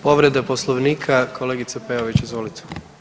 Povreda poslovnika kolegica Peović, izvolite.